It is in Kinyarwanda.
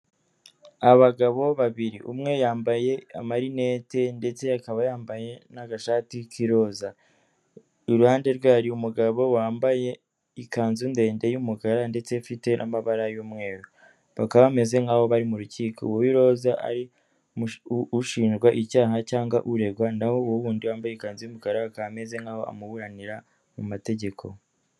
Abagabo babiri umwe yambaye amarinete ndetse akaba yambaye n'agashati k'iroza. Iruhande rwe hari umugabo wambaye ikanzu ndende y'umukara ndetse ifite n'amabara y'umweru. Bakaba bameze nk'abo bari mu rukiko. Uw'iroza ari ushinjwa icyaha cyangwa uregwa, naho uwo wundi wambaye ikanzu y'umukara akaba ameze nkaho amuburanira mu mategeko.